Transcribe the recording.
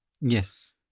Yes